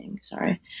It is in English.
sorry